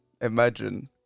imagine